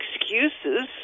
excuses